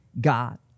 God